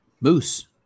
Moose